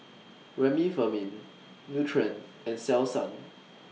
Remifemin Nutren and Selsun